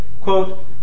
quote